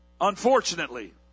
Unfortunately